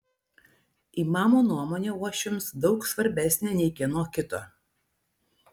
imamo nuomonė uošviams daug svarbesnė nei kieno kito